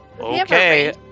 Okay